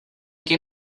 que